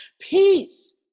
peace